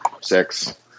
six